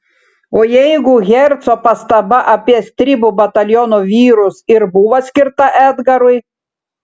o jeigu herco pastaba apie stribų bataliono vyrus ir buvo skirta edgarui